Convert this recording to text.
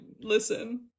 listen